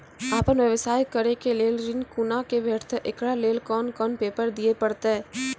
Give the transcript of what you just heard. आपन व्यवसाय करै के लेल ऋण कुना के भेंटते एकरा लेल कौन कौन पेपर दिए परतै?